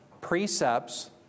precepts